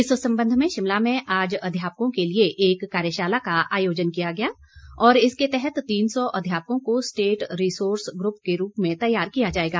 इस संबंध में शिमला में आज अध्यापकों के लिए एक कार्यशाला का आयोजन किया गया और इसके तहत तीन सौ अध्यापकों को स्टेट रिसोर्स ग्रुप के रूप में तैयार किया जाएगा